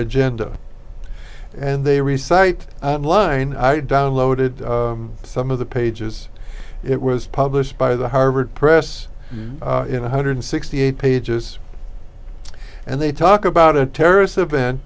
agenda and they re site line i downloaded some of the pages it was published by the harvard press in one hundred and sixty eight pages and they talk about a terrorist event